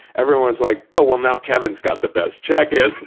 everyone was like, oh, well, now kevin's got the best check-ins